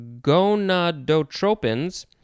gonadotropins